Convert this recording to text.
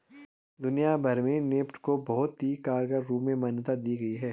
दुनिया भर में नेफ्ट को बहुत ही कारगर रूप में मान्यता दी गयी है